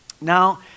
Now